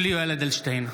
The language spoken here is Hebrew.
(קורא בשמות חברי הכנסת) יולי יואל אדלשטיין,